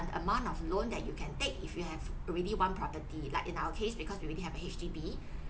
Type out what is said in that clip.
amount of loan that you can take if you have already one property like in our case because we already have a H_D_B